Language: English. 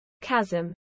Chasm